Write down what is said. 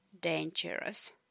dangerous